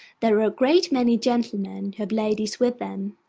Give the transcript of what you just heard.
there are a great many gentlemen who have ladies with them.